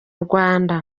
rwanda